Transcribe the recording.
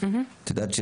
את יודעת,